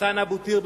ראסן אבו-טיר,